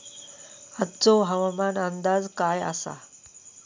आजचो हवामान अंदाज काय आसा?